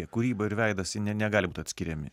kūryba ir veidas jie negali būti atskiriami